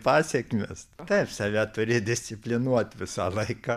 pasekmės taip save turi disciplinuot visą laiką